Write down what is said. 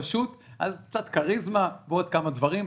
לא פשוט, קצת כריזמה ועוד כמה דברים.